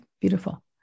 Beautiful